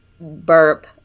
burp